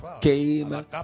came